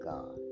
God